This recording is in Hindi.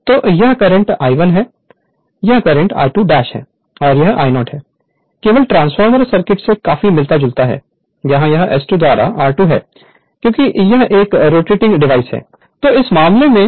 तो यह करंट I1 है यह करंट I2 है और यह I0 है केवल ट्रांसफॉर्मर सर्किट से काफी मिलता जुलता है यहाँ यह S2 द्वारा r2 है क्योंकि यह एक रोटेटिंग डिवाइस है